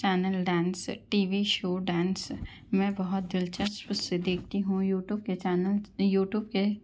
channel dance TV show dance میں بہت دلچسپ سے دیکھتی ہوں یو ٹیوب کے چینلس یو ٹیوب کے